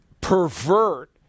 pervert